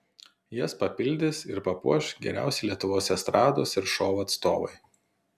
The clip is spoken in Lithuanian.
jas papildys ir papuoš geriausi lietuvos estrados ir šou atstovai